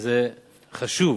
וזה חשוב.